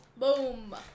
Boom